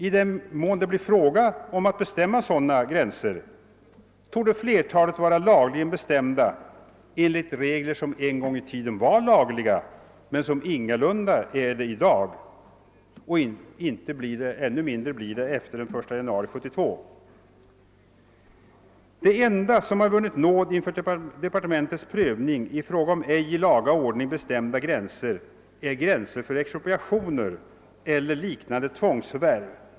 I den mån det blir fråga om att bestämma sådana gränser torde flertalet vara lagligen bestämda enligt regler som en gång i tiden var lagliga men som ingalunda är det i dag och ännu mindre blir det efter den 1 januari 1972. Det enda som har vunnit nåd inför departementschefens prövning i fråga om ej i laga ordning bestämda gränser är gränser för expropriationer eller liknande tvångsförvärv.